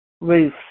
roof